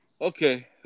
Okay